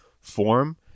form